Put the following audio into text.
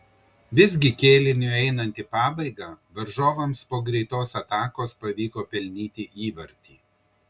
visgi kėliniui einant į pabaigą varžovams po greitos atakos pavyko pelnyti įvartį